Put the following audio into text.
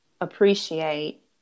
appreciate